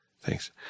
Thanks